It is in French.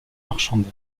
marchande